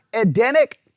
Edenic